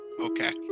Okay